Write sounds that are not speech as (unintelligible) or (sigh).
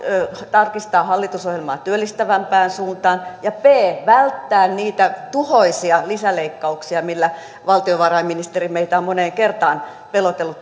tarkistaa hallitusohjelmaa työllistävämpään suuntaan ja b välttää niitä tuhoisia lisäleikkauksia joilla valtiovarainministeri meitä on moneen kertaan pelotellut (unintelligible)